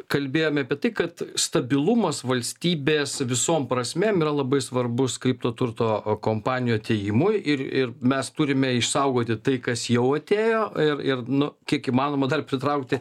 kalbėjome apie tai kad stabilumas valstybės visom prasmėm yra labai svarbus kripto turto kompanijų atėjimui ir ir mes turime išsaugoti tai kas jau atėjo ir ir nu kiek įmanoma dar pritraukti